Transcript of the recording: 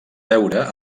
veure